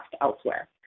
elsewhere